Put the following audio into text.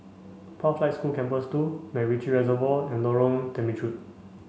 Pathlight School Campus two MacRitchie Reservoir and Lorong Temechut